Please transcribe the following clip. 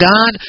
God